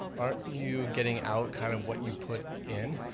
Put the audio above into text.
aren't you getting out kind of what you put in?